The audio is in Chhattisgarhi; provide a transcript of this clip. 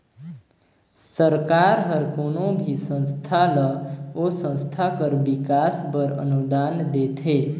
सरकार हर कोनो भी संस्था ल ओ संस्था कर बिकास बर अनुदान देथे